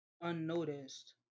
unnoticed